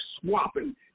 swapping